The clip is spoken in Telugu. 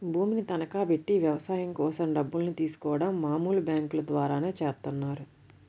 భూమిని తనఖాబెట్టి వ్యవసాయం కోసం డబ్బుల్ని తీసుకోడం మామూలు బ్యేంకుల ద్వారానే చేత్తన్నారు